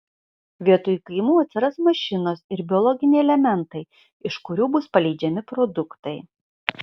vietoj kaimų atsiras mašinos ir biologiniai elementai iš kurių bus paleidžiami produktai